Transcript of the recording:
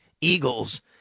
Eagles